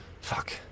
Fuck